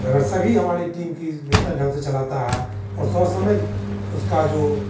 अगर सभी हमारे टीम किस बेहतर ढंग से चलाता है और सो समय उसका जो